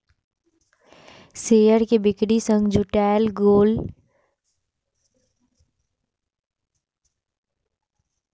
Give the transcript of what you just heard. share के बिक्री सं जुटायल गेल राशि कंपनी द्वारा इस्तेमाल कैल जा सकै छै